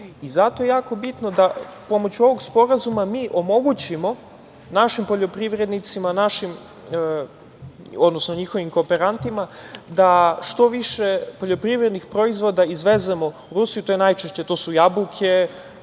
je jako bitno da pomoću ovog sporazuma mi omogućimo našim poljoprivrednicima, njihovim kooperantima da što više poljoprivrednih proizvoda izvezemo u Rusiju, to su jabuke,